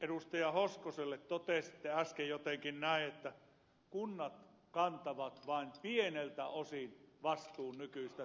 hoskonen totesitte äsken jotenkin näin että kunnat kantavat vain pieneltä osin vastuuta nykyisestä tilanteesta